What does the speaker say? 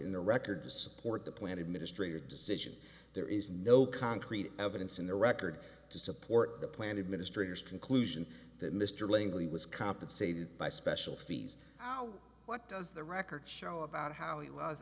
in the record to support the plan administrator decision there is no concrete evidence in the record to support the plan administrator conclusion that mr langley was compensated by special fees what does the record show about how he was